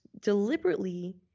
deliberately